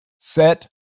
Set